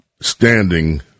standing